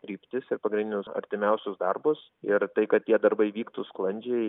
kryptis ir pagrindinius artimiausius darbus ir tai kad tie darbai vyktų sklandžiai